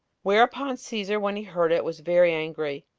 whereupon caesar, when he heard it, was very angry,